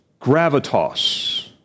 gravitas